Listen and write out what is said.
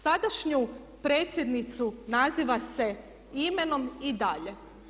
Sadašnju predsjednicu naziva se imenom i dalje.